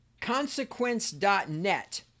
Consequence.net